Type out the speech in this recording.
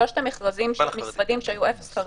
שלושת המשרדים שהיו בהם אפס חרדים,